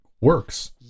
works